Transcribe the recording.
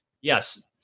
yes